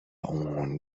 اون